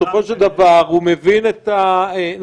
בסופו של דבר הוא מבין את הנושאים,